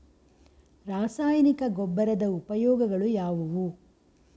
ರಾಸಾಯನಿಕ ಗೊಬ್ಬರದ ಉಪಯೋಗಗಳು ಯಾವುವು?